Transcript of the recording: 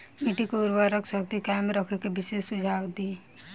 मिट्टी के उर्वरा शक्ति कायम रखे खातिर विशेष सुझाव दी?